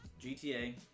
GTA